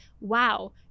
wow